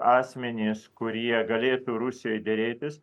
asmenys kurie galėtų rusijoj derėtis